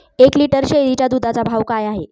एक लिटर शेळीच्या दुधाचा भाव काय आहे?